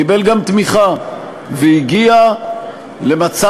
קיבל גם תמיכה, והגיע למצב